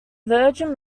virgin